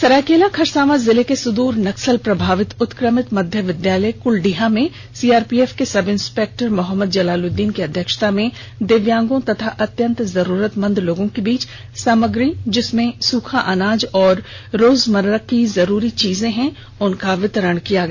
सरायकेला खरसावां जिले के सुदूर नक्सल प्रभावित उत्क्रमित मध्य विद्यालय कुलडीहा में सीआरपीएफ के सब इंस्पेक्टर मोहम्मद जलालुद्दीन के अध्यक्षता में दिव्यांगों एवं अत्यंत जरूरतमंद लोगों के बीच सामग्री जिसमें सुखा अनाज एवं रोजमर्रा की जरूरी चीजों का वितरण किया गया